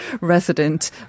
resident